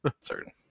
Certain